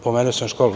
Pomenuo sam školu.